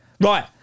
Right